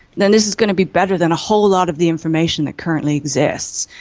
then this is going to be better than a whole lot of the information that currently exists.